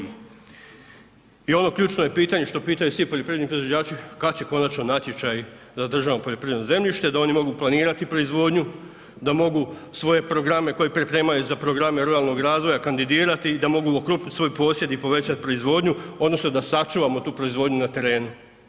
I ono ključno je pitanje što pitaju svi poljoprivredni proizvođači kad će konačno natječaj za državno poljoprivredno zemljište da oni mogu planirati proizvodnju, da mogu svoje programe koji pripremaju za programe ruralnog razvoja kandidirati, da mogu okrupnit svoj posjed i povećat proizvodnju odnosno da sačuvamo tu proizvodnju na terenu.